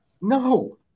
No